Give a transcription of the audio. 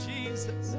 Jesus